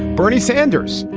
bernie sanders,